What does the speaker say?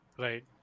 Right